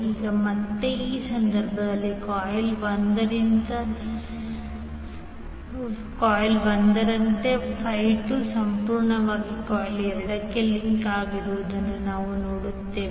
ಈಗ ಮತ್ತೆ ಈ ಸಂದರ್ಭದಲ್ಲಿ ಕಾಯಿಲ್ 1 ರಂತೆ 2 ಸಂಪೂರ್ಣವಾಗಿ ಕಾಯಿಲ್ 2 ಗೆ ಲಿಂಕ್ ಆಗುವುದನ್ನು ನಾವು ನೋಡುತ್ತೇವೆ